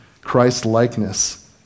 Christ-likeness